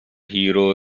hero